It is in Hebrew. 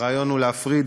הרעיון הוא להפריד